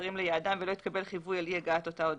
מסרים ליעדים ולא התקבל חיווי על אי הגעת אותה הודעה.